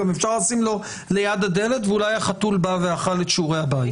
גם אפשר לשים לו ליד הדלת ואולי החתול בא ואכל את שיעורי הבית.